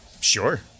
Sure